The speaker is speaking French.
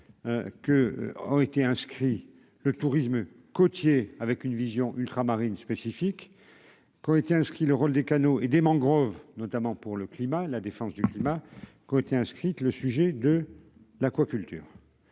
aurait été inscrit le tourisme côtier avec une vision ultramarines spécifique koweïtien, ce qui le rôle des canaux et des mangroves, notamment pour le climat, la défense du climat côté inscrite le sujet de l'aquaculture